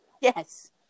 yes